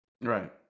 Right